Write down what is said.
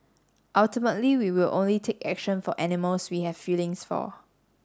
ultimately we will only take action for animals we have feelings for